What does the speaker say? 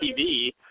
TV